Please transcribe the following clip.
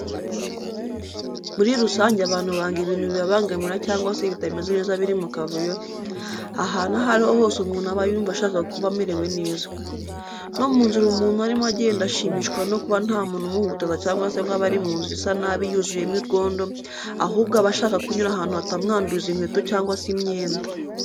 Muri rusange abantu banga ibintu bibabangamira cyangwa se bitameze neza biri mu kavuyo, ahantu aho ari ho hose umuntu aba yumva ashaka kuba amerewe neza. No mu nzira umuntu arimo agenda ashimishwa no kuba nta muntu umuhutaza cyangwa se ngo abe ari mu nzira isa nabi yuzuyemo urwondo, ahubwo aba ashaka kunyura ahantu hatamwanduriza inkweto cyangwa se imyenda.